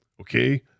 Okay